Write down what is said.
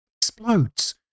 explodes